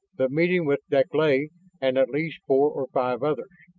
the meeting with deklay and at least four or five others.